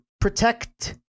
protect